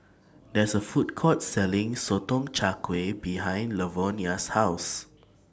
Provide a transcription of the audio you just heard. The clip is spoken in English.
There IS A Food Court Selling Sotong Char Kway behind Lavonia's House